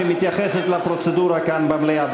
שמתייחסת לפרוצדורה כאן במליאה.